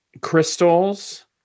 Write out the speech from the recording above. crystals